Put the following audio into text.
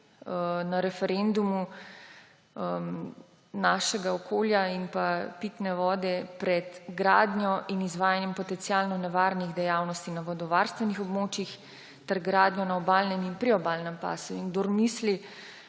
na referendumu obranili naše okolje in pitno vodo pred gradnjo in izvajanjem potencialno nevarnih dejavnosti na vodovarstvenih območjih ter gradnjo na obalnem in priobalnem pasu. Kdor misli,